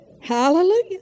Hallelujah